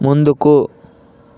ముందుకు